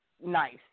nice